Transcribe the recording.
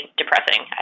depressing